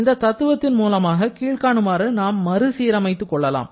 இந்த தத்துவத்தின் மூலமாக கீழ்காணுமாறு நாம் மறு சீரமைத்து கொள்ளலாம்